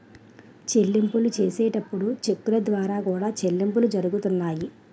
చెల్లింపులు చేసేటప్పుడు చెక్కుల ద్వారా కూడా చెల్లింపులు జరుగుతున్నాయి